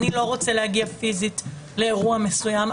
אני לא רוצה להגיע פיזית לאירוע מסוים,